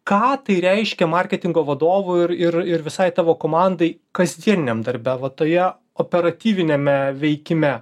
ką tai reiškia marketingo vadovui ir ir ir visai tavo komandai kasdieniniam darbe va toje operatyviniame veikime